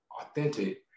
authentic